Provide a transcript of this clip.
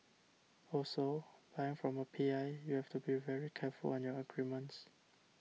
also buying from a P I you have to be very careful on your agreements